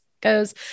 goes